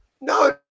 No